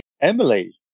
Emily